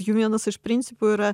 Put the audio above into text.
jų vienas iš principų yra